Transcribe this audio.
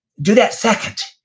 do that second.